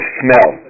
smell